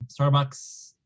Starbucks